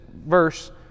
verse